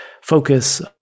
focus